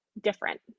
different